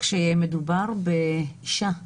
וכשמדובר באישה?